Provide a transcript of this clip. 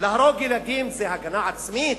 להרוג ילדים זה הגנה עצמית?